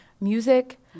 music